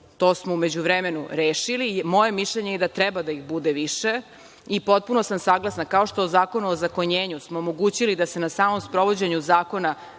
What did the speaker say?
To smo u međuvremenu rešili. Moje mišljenje je da treba da ih ima više i potpuno sam saglasna, kao što Zakonom o ozakonjenju smo omogućili da se na samom sprovođenju zakona